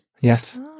Yes